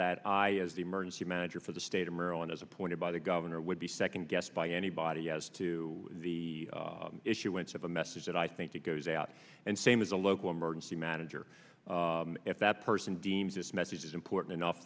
that i as the emergency manager for the state of maryland is appointed by the governor would be second guessed by anybody as to the issuance of a message that i think it goes out and same as a local emergency manager if that person deems this message is important enough